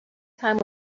time